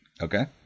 Okay